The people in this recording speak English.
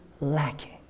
lacking